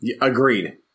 agreed